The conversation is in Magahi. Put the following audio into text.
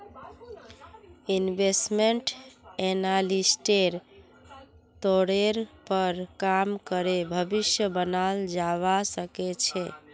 इन्वेस्टमेंट एनालिस्टेर तौरेर पर काम करे भविष्य बनाल जावा सके छे